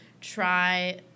try